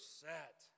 set